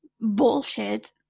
bullshit